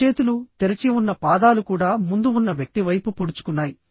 అరచేతులు తెరచి ఉన్న పాదాలు కూడా ముందు ఉన్న వ్యక్తి వైపు పొడుచుకున్నాయి